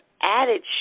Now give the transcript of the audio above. added